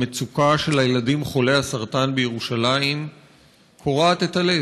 המצוקה של הילדים חולי הסרטן בירושלים קורעת את הלב,